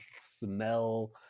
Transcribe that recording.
smell